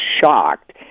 shocked